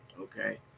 Okay